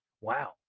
Wow